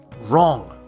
wrong